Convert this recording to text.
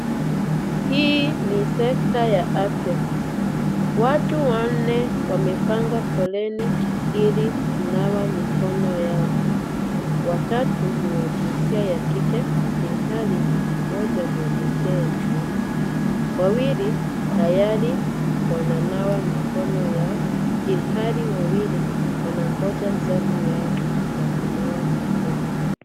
Hii ni sekta ya afya. Watu wanne wamepanga foleni ili kunawa mikono yao. Watatu ni wa jinsia ya kike, ilhali mmoja ni wa jinsia ya kiume. Wawili tayari wananawa mikono yao, ilhali wawili wanangoja zamu yao ya kunawa mikono.